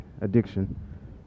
addiction